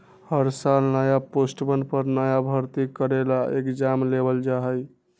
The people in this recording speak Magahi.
हर साल नया पोस्टवन पर नया भर्ती करे ला एग्जाम लेबल जा हई